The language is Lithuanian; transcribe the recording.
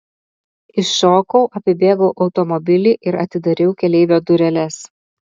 iššokau apibėgau automobilį ir atidariau keleivio dureles